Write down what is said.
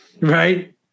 right